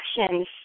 actions